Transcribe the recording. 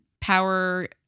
power